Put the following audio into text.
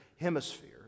hemisphere